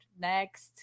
next